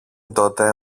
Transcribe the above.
τότε